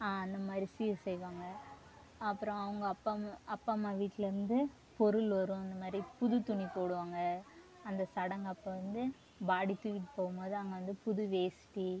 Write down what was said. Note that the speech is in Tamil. அந்த மாதிரி சீர் செய்வாங்க அப்புறம் அவங்க அப்பா அம்மா அப்பா அம்மா வீட்லேருந்து பொருள் வரும் இந்த மாதிரி புது துணி போடுவாங்க அந்த சடங்கப்போ வந்து பாடி தூக்கிட்டு போகும்மோது அங்கே வந்து புது வேஷ்டி